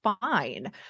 fine